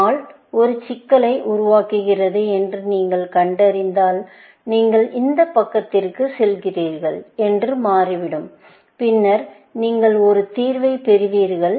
mall ஒரு சிக்கலை உருவாக்குகிறது என்று நீங்கள் கண்டறிந்தால் நீங்கள் இந்த பக்கத்திற்குச் செல்கிறீர்கள் என்று மாறிவிடும் பின்னர் நீங்கள் ஒரு தீர்வை பெறுவீர்கள்